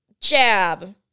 Jab